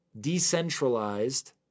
decentralized